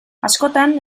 askotan